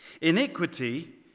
Iniquity